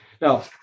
Now